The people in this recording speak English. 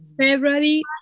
february